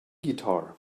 guitar